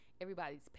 everybody's